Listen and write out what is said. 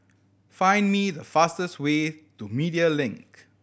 find me the fastest way to Media Link